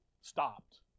stopped